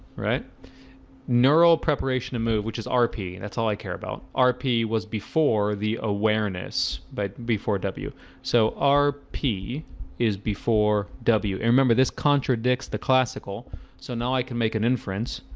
right neural preparation to move which is rp. and that's all i care about rp was before the awareness, but before w so rp is before w and remember this contradicts the classical so now i can make an inference.